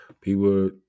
people